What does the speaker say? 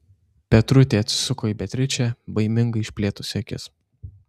petrutė atsisuko į beatričę baimingai išplėtusi akis